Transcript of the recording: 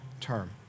term